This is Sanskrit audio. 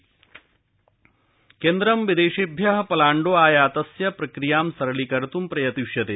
केन्द्रम् लाण् केन्द्रं विदेशेभ्यः पलाण्डोः आयातस्य प्रक्रियां सरलीकर्त् प्रयतिष्यते